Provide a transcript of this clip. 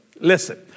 Listen